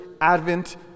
advent